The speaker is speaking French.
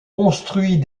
construits